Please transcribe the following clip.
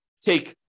take